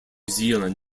zealand